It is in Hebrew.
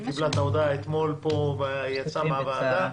היא קיבלה את ההודעה אתמול פה ויצאה מהוועדה.